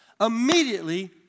immediately